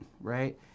Right